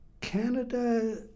Canada